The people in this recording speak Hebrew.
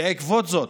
בעקבות זאת,